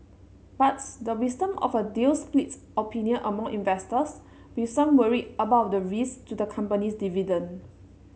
but the wisdom of a deal splits opinion among investors with some worried about the risk to the company's dividend